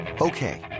Okay